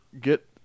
get